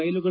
ರೈಲುಗಳು